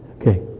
Okay